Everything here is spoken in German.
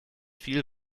viel